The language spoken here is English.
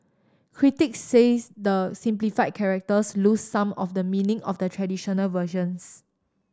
critics say the simplified characters lose some of the meaning of the traditional versions